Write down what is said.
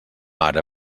ara